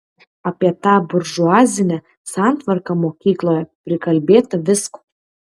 apie tą buržuazinę santvarką mokykloje prikalbėta visko